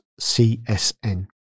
CSN